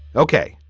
ok.